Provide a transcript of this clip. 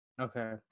Okay